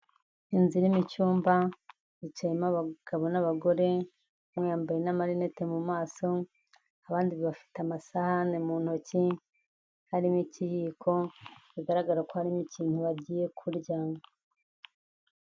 Inzu irimo icyumba, yicayemo abagabo n'abagore, umwe yambaye n'amarinete mu maso, abandi bafite amasahane mu ntoki, harimo ikiyiko, bigaragara ko harimo ikintu bagiye kuryama.